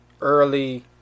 early